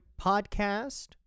Podcast